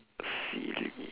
silly